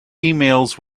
emails